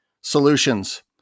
solutions